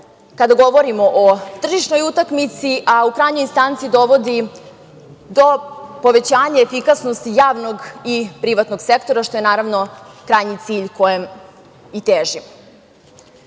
kada govorimo o tržišnoj utakmici, a u krajnjoj instanci dovodi do povećanja efikasnosti javnog i privatnog sektora, što je, naravno, krajnji cilj kojem i težimo. Na